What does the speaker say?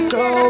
go